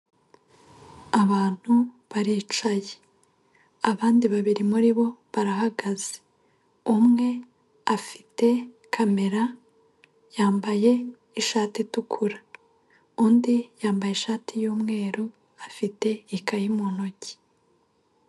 Abantu baricaye, abandi babiri muri bo barahagaze, umwe afite kamera yambaye ishati itukura, undi yambaye ishati y'umweru afite ikayi mu ntoki.